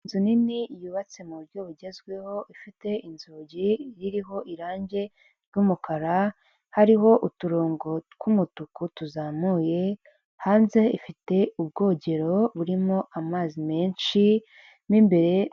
Inzu nini yubatse mu buryo bugezweho ifite, inzugi iriho irangi ry’ umukara. hariho, uturongo tw’ umutuku tuzamuye, hanze ifite ubwogero burimo amazi menshi.